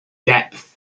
depth